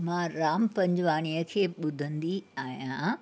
मां राम पंजवाणीअ खे ॿुधंदी आहियां